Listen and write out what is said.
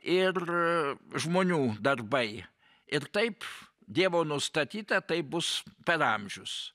ir žmonių darbai ir taip dievo nustatyta taip bus per amžius